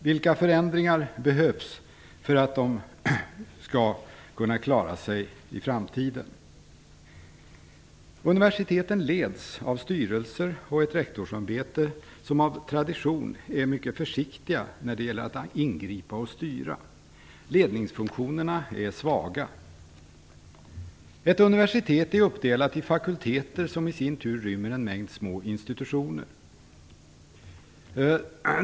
Vilka förändringar behövs för att de skall kunna klara sig i framtiden? Ett universitet leds av en styrelse och ett rektorsämbete, som av tradition är mycket försiktiga när det gäller att ingripa och styra. Ledningsfunktionen är svag. Ett universitet är uppdelat i fakulteter, som i sin tur rymmer en mängd små institutioner.